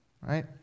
Right